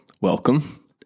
welcome